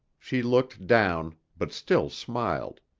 she looked down, but still smiled.